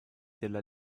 della